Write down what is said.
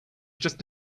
just